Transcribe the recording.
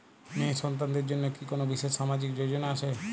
মেয়ে সন্তানদের জন্য কি কোন বিশেষ সামাজিক যোজনা আছে?